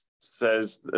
Says